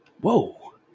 Whoa